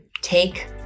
take